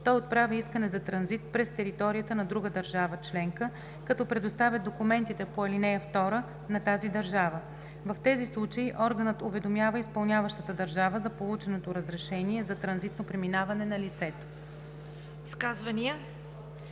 той отправя искане за транзит през територията на друга държава членка, като предоставя документите по ал. 2 на тази държава. В тези случаи органът уведомява изпълняващата държава за полученото разрешение за транзитно преминаване на лицето.“